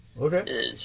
Okay